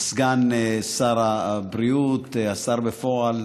סגן שר הבריאות, השר בפועל,